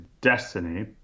destiny